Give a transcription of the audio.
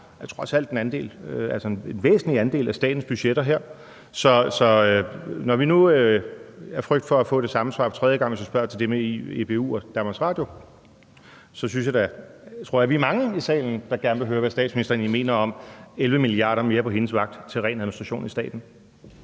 er trods alt en andel, en væsentlig andel, af statens budgetter her. Så når vi nu af frygt for at få det samme svar for tredje gang, hvis jeg spørger til det med EBU og DR, så tror jeg da, at vi er mange i salen, der gerne vil høre, hvad statsministeren egentlig mener om 11 mia. kr. mere på hendes vagt til ren administration i staten.